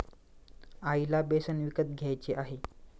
आईला बेसन विकत घ्यायचे आहे